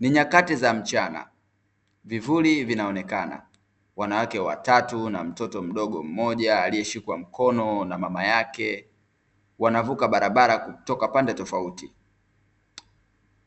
Ni nyakati za mchana vivuli vinaonekana. Wanawake watatu na mtoto mdogo mmoja alieshikwa mkono na mama yake wanavuka barabara kutoka pande tofauti.